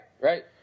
right